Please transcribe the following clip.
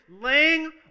laying